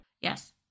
Yes